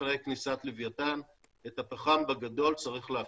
אחרי כניסת לווייתן, את הפחם בגדול צריך להפסיק.